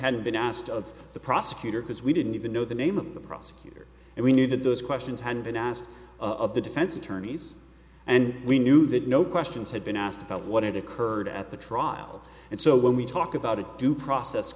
had been asked of the prosecutor because we didn't even know the name of the prosecutor and we knew that those questions had been asked of the defense attorneys and we knew that no questions had been asked about what had occurred at the trial and so when we talk about it due process